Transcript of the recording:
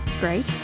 great